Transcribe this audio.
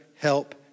help